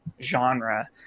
genre